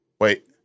Wait